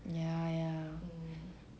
ya ya